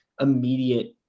immediate